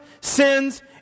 sins